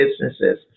businesses